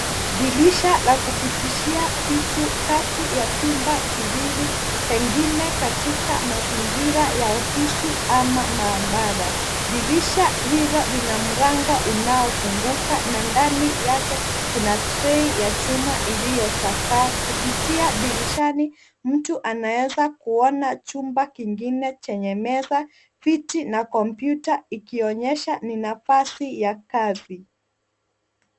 Dirisha la kupitishia vitu kati ya vyumba viwili pengine katika mazingira ya ofisi ama maabara. Dirisha hilo lina mlango unaofunguka na ndani yake kuna trei ya chuma iliyochaa kupitia dirishani mtu anaweza kuona chumba kingine chenye meza, viti na kompyuta ikionyesha ni nafasi ya kazi.